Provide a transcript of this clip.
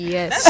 Yes